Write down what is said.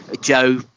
Joe